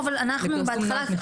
אנחנו בהתחלה,